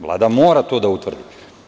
Vlada mora to da utvrdi.